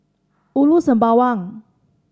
Ulu Sembawang